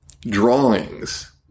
drawings